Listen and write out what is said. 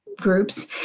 groups